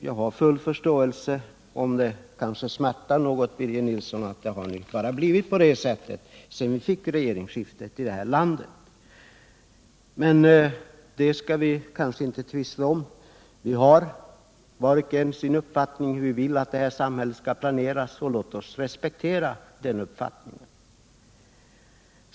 Jag har full förståelse för att det kanske smärtar Birger Nilsson att det blivit på det sättet sedan vi fick ett regeringsskifte i det här landet. Men det skall vi väl inte tvista om — var och en av oss har sin uppfattning om hur samhället bör planeras, och låt oss respektera varandras uppfattningar.